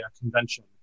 convention